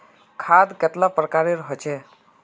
खाद कतेला प्रकारेर होचे?